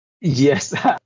Yes